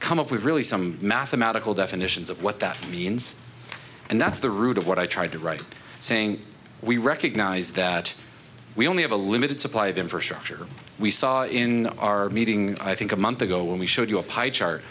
come up with really some mathematical definitions of what that means and that's the root of what i tried to write saying we recognize that we only have a limited supply of them for sure after we saw in our meeting i think a month ago when we showed you a pipe chart